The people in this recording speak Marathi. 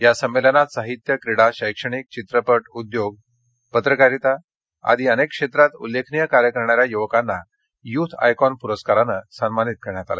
या संमेलनात साहित्य क्रीडा शैक्षणिक चित्रपट उद्योग योग्य पत्रकारिता आदी अनेक क्षेत्रात उल्लेखनिय कार्य करणाऱ्या युवकांना युथ आयकॉन पुरस्कारानं सन्मानित करण्यात आलं